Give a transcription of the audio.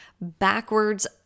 backwards